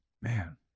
Man